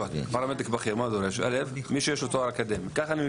פרמדיק ופרמדיק בכיר כשהם פועלים במסגרת שירותם הצבאי,